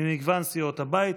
ממגוון סיעות הבית.